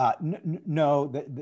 No